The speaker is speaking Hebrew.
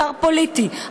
שר פוליטי,